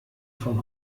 von